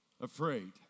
Afraid